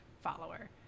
follower